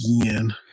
again